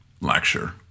lecture